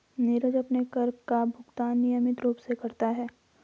नीरज अपने कर का भुगतान नियमित रूप से करता है